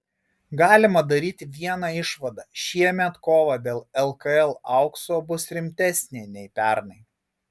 galima daryti vieną išvadą šiemet kova dėl lkl aukso bus rimtesnė nei pernai